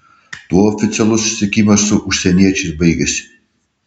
tuo oficialus susitikimas su užsieniečiais baigėsi